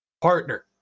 partner